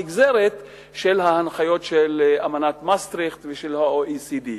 נגזרת מההנחיות של אמנת מסטריכט ושל ה-OECD.